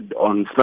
on